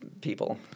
people